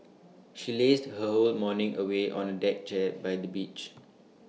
she lazed her whole morning away on A deck chair by the beach